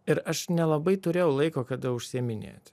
ir aš nelabai turėjau laiko kada užsiiminėti